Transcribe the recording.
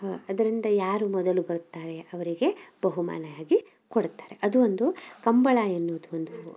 ಹಾಂ ಅದರಿಂದ ಯಾರು ಮೊದಲು ಬರುತ್ತಾರೆ ಅವರಿಗೆ ಬಹುಮಾನ ಆಗಿ ಕೊಡುತ್ತಾರೆ ಅದು ಒಂದು ಕಂಬಳ ಎನ್ನುವುದು ಒಂದು